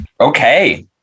Okay